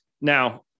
Now